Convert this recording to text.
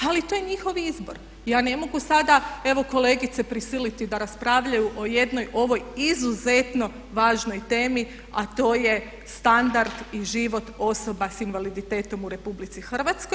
Ali to je njihov izbor, evo ja ne mogu sada evo kolegice prisiliti da raspravljaju o jednoj ovoj izuzetno važnoj temi a to je standard i život osoba s invaliditetom u RH.